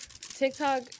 TikTok